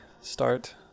start